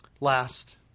Last